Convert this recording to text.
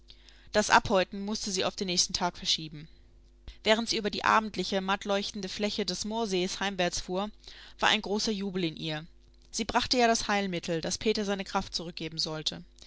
das abhäuten mußte sie auf den nächsten tag verschieben während sie über die abendliche mattleuchtende fläche des moorsees heimwärtsfuhr war ein großer jubel in ihr sie brachte ja das heilmittel das peter seine kraft zurückgeben sollte